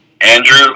Andrew